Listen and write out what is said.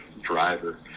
driver